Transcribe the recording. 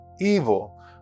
evil